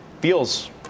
feels